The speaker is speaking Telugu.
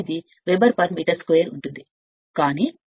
8 వెబెర్ ఎందుకంటే ఇప్పుడు అది మార్చబడింది తారాగణం ఉక్కు